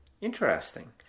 Interesting